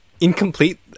Incomplete